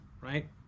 right